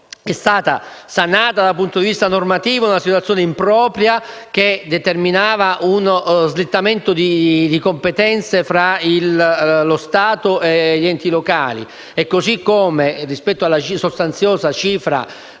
è stata sanata dal punto di vista normativo una situazione impropria, che determinava uno slittamento di competenze fra lo Stato e gli enti locali, e così come, rispetto alla sostanziosa cifra